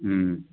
हम्म